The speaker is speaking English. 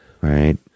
right